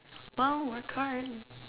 well work hard